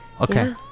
Okay